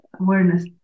awareness